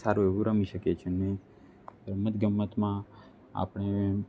સારું એવું રમી શ્કીએ છે ને રમત ગમતમાં આપણે